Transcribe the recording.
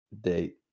Date